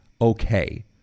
okay